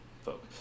folk